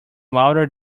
louder